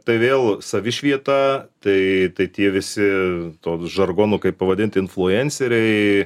tai vėl savišvieta tai tai tie visi to žargonu kaip pavadinti influenceriai